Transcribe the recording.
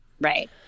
Right